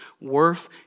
worth